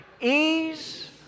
ease